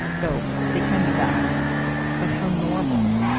though they can be that but how normal.